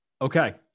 Okay